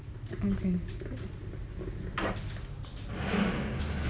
okay